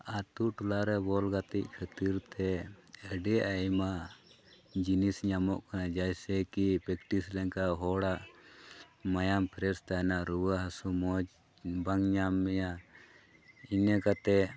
ᱟᱹᱛᱩ ᱴᱚᱞᱟᱨᱮ ᱵᱚᱞ ᱜᱟᱛᱮᱜ ᱠᱷᱟᱹᱛᱤᱨ ᱛᱮ ᱟᱹᱰᱤ ᱟᱭᱢᱟ ᱡᱤᱱᱤᱥ ᱧᱟᱢᱚᱜ ᱠᱟᱱᱟ ᱡᱮᱭᱥᱮ ᱠᱤ ᱯᱮᱠᱴᱤᱥ ᱞᱮᱱᱠᱷᱟᱡ ᱦᱚᱲᱟᱜ ᱢᱟᱭᱟᱢ ᱯᱷᱨᱮᱥ ᱛᱟᱦᱮᱱᱟ ᱨᱩᱣᱟᱹ ᱦᱟᱹᱥᱩ ᱢᱚᱡᱽ ᱵᱟᱝ ᱧᱟᱢ ᱢᱮᱭᱟ ᱤᱱᱟᱹ ᱠᱟᱛᱮᱫ